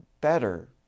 better